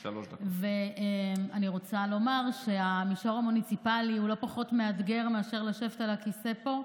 אני רוצה לומר שהמישור המוניציפלי לא פחות מאתגר מישיבה על הכיסא פה.